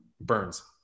burns